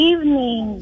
Evening